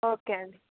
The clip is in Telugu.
ఓకే అండి